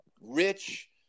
rich